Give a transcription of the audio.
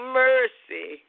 mercy